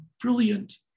brilliant